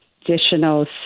additional